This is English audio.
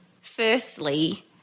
firstly